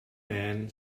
men